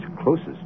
closest